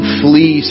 flee